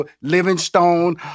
Livingstone